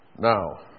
Now